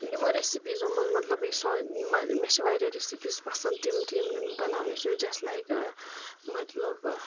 یِمو رسپیزو منٛز مطلب یہِ مےٚ چھِ واریاہ ریسپیٖز پسنٛد تِم تہِ یِم نہٕ مےٚ بناونٕے چھِ جس لایک مطلب